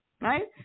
Right